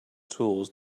tools